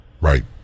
Right